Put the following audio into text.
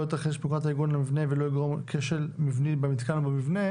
יתרחש בנקודת העיגון למבנה ולא יגרום כשל מבני במתקן ובמבנה